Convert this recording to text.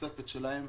התוספת שלהן.